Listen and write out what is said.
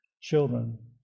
children